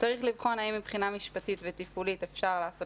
צריך לבחון האם מבחינה משפטית ותפעולית אפשר לעשות